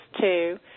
two